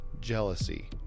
jealousy